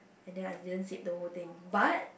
and I didn't zip the whole thing but